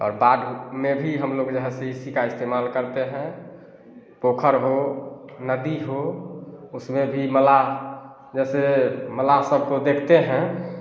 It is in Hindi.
और बाद में भी हम लोग जे है से इसी का इस्तेमाल करते हैं पोखर हो नदी हो उसमें भी मलाह मतलब मलाह सब को देखते हैं